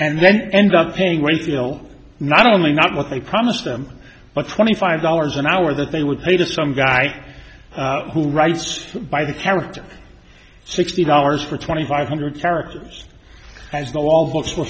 and then end up paying rent deal not only not what they promised them but twenty five dollars an hour that they would say to some guy who writes by the character sixty dollars for twenty five hundred characters as though all books w